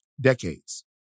decades